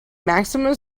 maximum